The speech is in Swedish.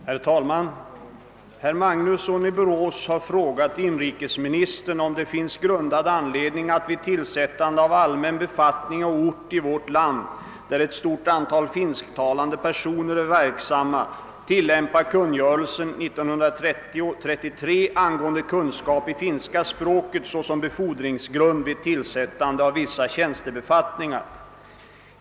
Herr talman! Herr Magnusson i Borås har frågat inrikesministern om det finns grundad anledning att vid tillsättande av allmän befattning å ort i vårt land, där ett stort antal finsktalande personer är verksamma, tillämpa kungörelsen angående kunskap i finska språket såsom befordringsgrund vid tillsättande av vissa tjänstebefattningar.